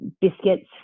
biscuits